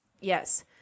Yes